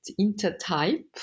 intertype